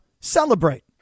celebrate